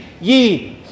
ye